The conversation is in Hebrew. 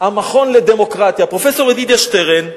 נשיא המכון לדמוקרטיה, פרופסור ידידיה שטרן,